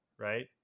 Right